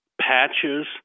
patches